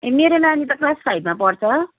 ए मेरो नानी त क्लास फाइभमा पढ्छ